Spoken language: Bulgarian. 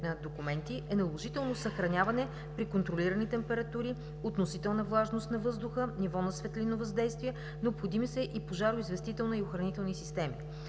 документи, е наложително съхраняване при контролирани температури, относителна влажност на въздуха, ниво на светлинно въздействие. Необходими са и пожароизвестителна и охранителна системи.